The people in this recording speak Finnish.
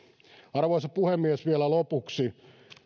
arvoisa puhemies vielä lopuksi